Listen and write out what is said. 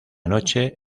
noche